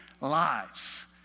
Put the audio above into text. lives